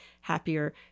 happier